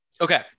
Okay